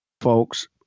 Folks